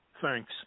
Thanks